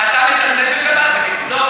אתה מטלטל בשבת?